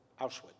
Auschwitz